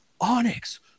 Onyx